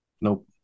Nope